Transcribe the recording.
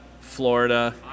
Florida